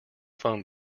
phone